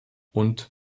und